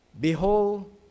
Behold